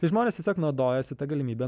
tai žmonės tiesiog naudojasi ta galimybe